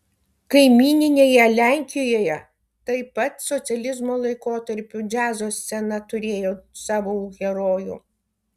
kaimyninėje lenkijoje taip pat socializmo laikotarpiu džiazo scena turėjo savo herojų